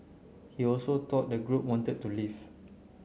he also thought the group wanted to leave